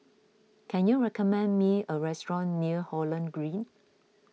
can you recommend me a restaurant near Holland Green